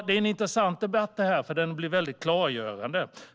Den här debatten är intressant och klargörande.